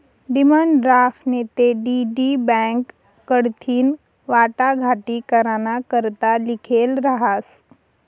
demand draft नैते DD bank कडथीन वाटाघाटी कराना करता लिखेल रहास